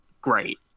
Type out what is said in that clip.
great